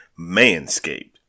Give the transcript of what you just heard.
Manscaped